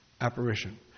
apparition